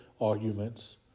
arguments